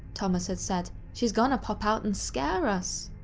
thomas had said, she's gonna pop out and scare us!